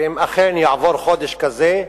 ואם אכן יעבור חודש כזה,